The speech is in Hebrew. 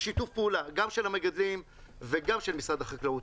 בשיתוף פעולה גם של המגדלים וגם של משרד החקלאות,